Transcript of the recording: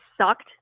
sucked